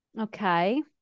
okay